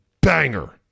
banger